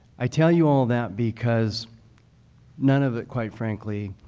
i tell you all that because none of it quite frankly,